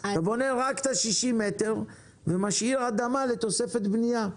בונים רק 60 מטרים ומשאירים אדמה לתוספת בניה.